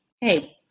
hey